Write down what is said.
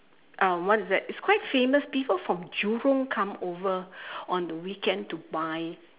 uh what is that it's quite famous people from jurong come over on the weekend to buy